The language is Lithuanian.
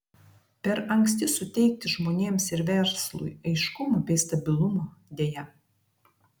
per anksti suteikti žmonėms ir verslui aiškumo bei stabilumo deja